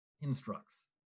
instructs